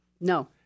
No